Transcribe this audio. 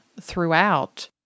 throughout